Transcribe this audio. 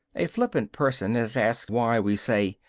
a flippant person has asked why we say,